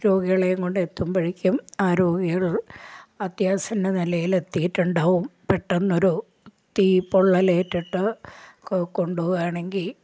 രോഗികളെയും കൊണ്ട് എത്തുമ്പോഴേക്കും ആ രോഗി അത്യാസന്ന നിലയിൽ എത്തിയിട്ടുണ്ടാവും പെട്ടെന്ന് ഒരു തീ പൊള്ളലേറ്റിട്ട് കൊ കൊണ്ടുപോവുകയാണെങ്കിൽ